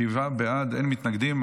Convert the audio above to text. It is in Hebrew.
שבעה בעד, אין מתנגדים.